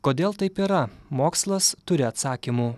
kodėl taip yra mokslas turi atsakymų